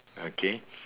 okay